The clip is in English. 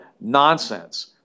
nonsense